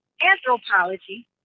anthropology